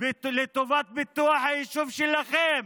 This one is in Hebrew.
ולטובת פיתוח היישוב שלכם,